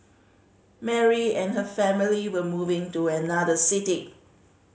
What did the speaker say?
Mary and her family were moving to another city